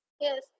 Yes